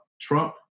Trump